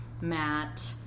Matt